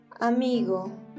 amigo